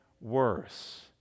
worse